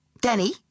Danny